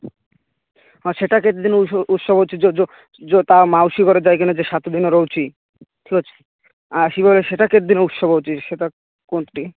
ହଁ ସେଇଟା କେତେ ଦିନ ଉତ୍ସବ ହେଉଛି ଯେଉଁ ଯେଉଁ ଯେଉଁ ତା ମାଉସୀ ଘରେ ଯାଇକି ନା ସାତ ଦିଅ ରହୁଛି ଆସିବ ସେଇଟା କେତେ ଦିନ ଉତ୍ସବ ହେଉଛି ସେଇଟା କୁହନ୍ତୁ ଟିକେ